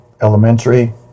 elementary